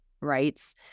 rights